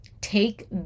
take